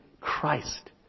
Christ